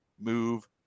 move